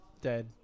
dead